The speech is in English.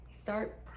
start